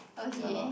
okay